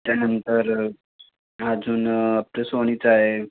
त्यानंतर अजून आपलं सोनीचं आहे